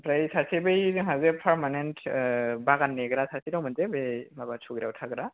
आमफ्राय सासे बै जोंहाजे पारमानेन्ट बागान नेग्रा सासे दंमोन जे बे माबा सुग्रायाव थाग्रा